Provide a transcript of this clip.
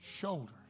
shoulder